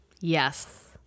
Yes